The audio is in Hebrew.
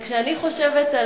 כשאני חושבת,